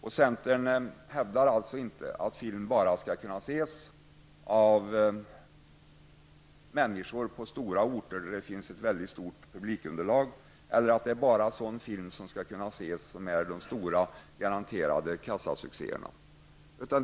Centern hävdar alltså inte att film bara skall kunna ses av människor på stora orter där det finns ett stort publikunderlag, eller att det är bara film som är de garanterade kassasuccéerna som skall kunna ses.